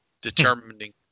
determining